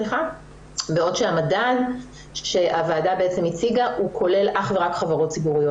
בעוד שהמדד שהוועדה הציגה כולל אך ורק חברות ציבוריות.